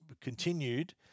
continued